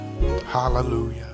hallelujah